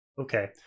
okay